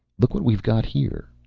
look what we've got here!